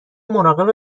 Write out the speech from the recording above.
مراقب